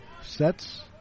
sets